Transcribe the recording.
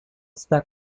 está